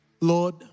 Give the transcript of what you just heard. Lord